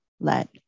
let